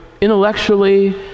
intellectually